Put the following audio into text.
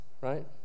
right